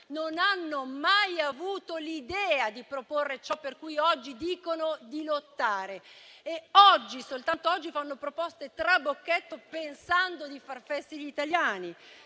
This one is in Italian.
non ha mai avuto l'idea di proporre ciò per cui oggi dice di lottare e soltanto oggi fa proposte trabocchetto pensando di far fessi gli italiani?